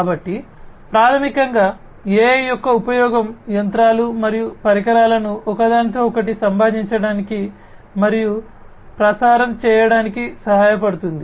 కాబట్టి ప్రాథమికంగా AI యొక్క ఉపయోగం యంత్రాలు మరియు పరికరాలను ఒకదానితో ఒకటి సంభాషించడానికి మరియు ప్రసారం చేయడానికి సహాయపడుతుంది